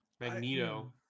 Magneto